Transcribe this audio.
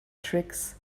tricks